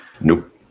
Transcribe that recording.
Nope